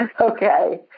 okay